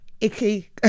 icky